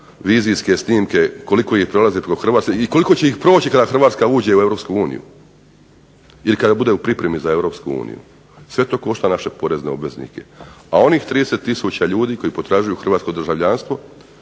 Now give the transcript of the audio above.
termovizijske snimke koliko ih prelazi preko Hrvatske i koliko će ih proći kada Hrvatska uđe u EU ili kada bude u pripremi za EU. Sve to košta naše porezne obveznike. A onih 30 tisuća ljudi koji potražuju hrvatsko državljanstvo